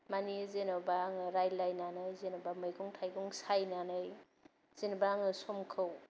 मानि जेन'बा आङो रायलायनानै जेन'बा मैगं थाइगं सायनानै जेन'बा आङो समखौ